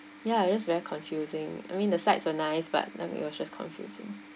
ya it was very confusing I mean the sights are nice but I mean it was just confusing